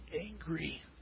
angry